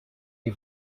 les